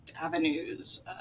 avenues